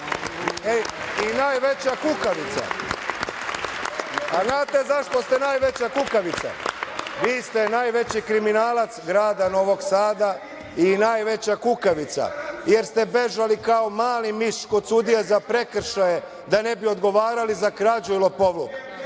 i najveća kukavica. Znate li zašto ste najveća kukavica? Vi ste najveći kriminalac grada i najveća kukavice, jer ste bežali kao mali miš kod sudije za prekršaje da ne bi odgovarali za krađu i lopovluk,